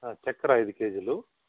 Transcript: చక్కర ఐదు కేజీలు